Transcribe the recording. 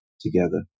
together